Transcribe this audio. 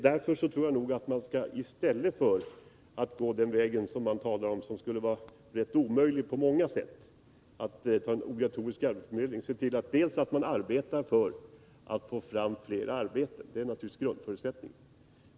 I stället för att gå den väg som vpk talar om och som skulle vara rätt omöjlig på många sätt — en obligatorisk arbetsförmedling — bör man verka för att få fram flera arbeten. Det är naturligtvis grundförutsättningen.